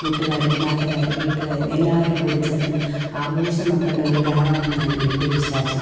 കൂട്ടുകരും നാട്ടുകാരും വീട്ടുകാരും എല്ലാവരും കൂടെ ചേർന്ന് ആഘോഷമാക്കേണ്ട ഒരു രാവാണെന്നാണ് എൻ്റെ വിശ്വാസം